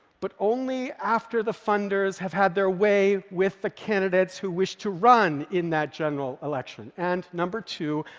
but only after the funders have had their way with the candidates who wish to run in that general election. and number two,